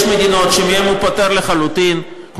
יש מדינות שמהן הוא פוטר לחלוטין עולים ממבחנים,